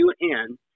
UN